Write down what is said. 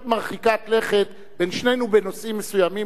מרחיקת לכת בין שנינו בנושאים מסוימים.